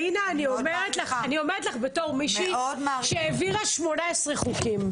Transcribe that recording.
והנה, אני אומרת לך, בתור מישהי שהעבירה 18 חוקים.